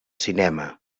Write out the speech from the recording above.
cinema